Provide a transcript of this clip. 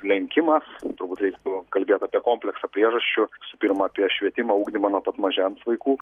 lenkimas turbūt reiktų kalbėt apie kompleksą priežasčių visų pirma apie švietimą ugdymą nuo pat mažens vaikų